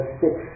six